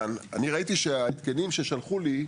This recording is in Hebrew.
אני ראיתי שההתקנים ששלחו לי,